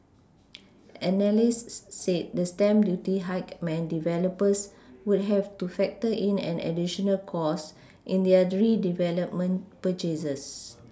analysts said the stamp duty hike meant developers would have to factor in an additional cost in their redevelopment purchases